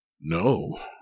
No